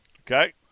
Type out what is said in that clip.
Okay